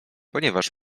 ponieważ